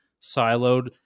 siloed